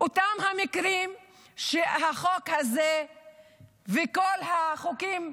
אותם המקרים שעליהם מדברים החוק הזה וכל החוקים,